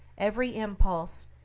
every impulse,